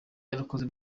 yarakoze